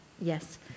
yes